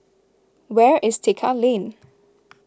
where is Tekka Lane